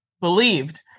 believed